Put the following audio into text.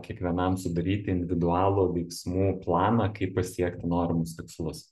kiekvienam sudaryti individualų veiksmų planą kaip pasiekti norimus tikslus